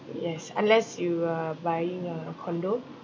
yes unless you are buying a condo